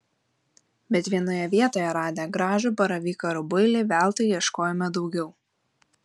bet vienoje vietoje radę gražų baravyką rubuilį veltui ieškojome daugiau